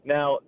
Now